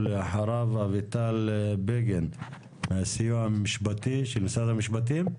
אחריו אביטל בגין מהסיוע המשפטי של משרד המשפטים.